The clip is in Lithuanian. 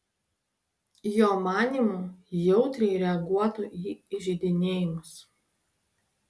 jo manymu jautriai reaguotų į įžeidinėjimus